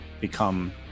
become